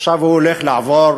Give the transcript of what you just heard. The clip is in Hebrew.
עכשיו הוא הולך לעבור